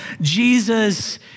Jesus